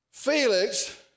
Felix